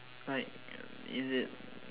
like is it